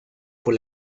por